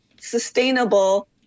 sustainable